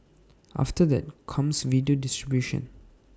after that comes video distribution